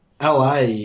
LA